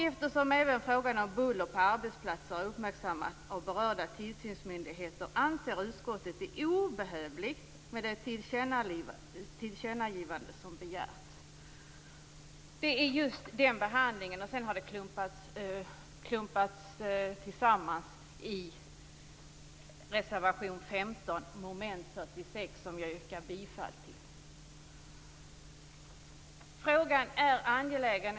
Eftersom även frågan om buller på arbetsplatser har uppmärksammats av berörda tillsynsmyndigheter anser utskottet det obehövligt med det tillkännagivande som begärts, heter det. Sedan har det här klumpats samman i reservation Frågan är angelägen.